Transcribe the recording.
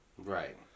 Right